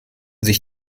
sich